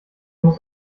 muss